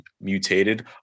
mutated